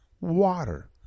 water